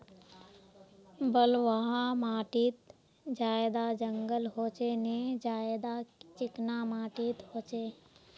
बलवाह माटित ज्यादा जंगल होचे ने ज्यादा चिकना माटित होचए?